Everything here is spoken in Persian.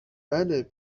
بله